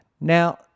Now